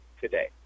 today